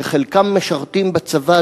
שחלקם משרתים בצבא,